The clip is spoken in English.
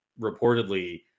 reportedly